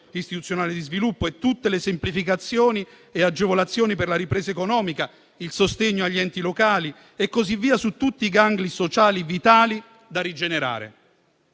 istituzionale di sviluppo e tutte le semplificazioni e agevolazioni per la ripresa economica, il sostegno agli enti locali e a tutti i gangli sociali vitali da rigenerare.